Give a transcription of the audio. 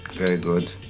very good.